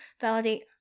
validate